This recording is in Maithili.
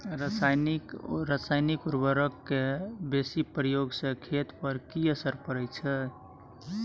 रसायनिक उर्वरक के बेसी प्रयोग से खेत पर की असर परै छै?